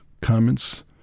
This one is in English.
comments